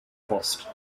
post